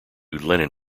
lennon